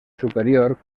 superior